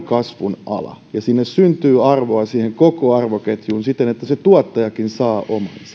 kasvun ala ja sinne syntyy arvoa siihen koko arvoketjuun siten että se tuottajakin saa omansa tämä